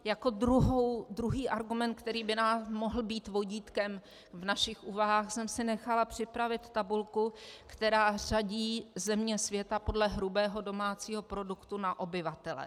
Jako druhý argument, který by nám mohl být vodítkem v našich úvahách, jsem si nechala připravit tabulku, která řadí země světa podle hrubého domácího produktu na obyvatele.